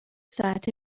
ساعته